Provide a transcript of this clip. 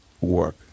work